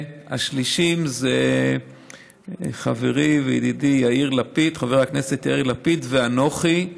והשלישי זה חברי וידידי חבר הכנסת יאיר לפיד ואנוכי,